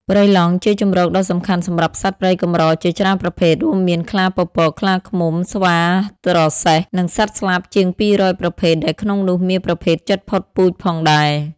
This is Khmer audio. ព្រៃឡង់ជាជម្រកដ៏សំខាន់សម្រាប់សត្វព្រៃកម្រជាច្រើនប្រភេទ រួមមានខ្លាពពក ខ្លាឃ្មុំ ស្វាត្រសេះ និងសត្វស្លាបជាង ២០០ ប្រភេទ ដែលក្នុងនោះមានប្រភេទជិតផុតពូជផងដែរ។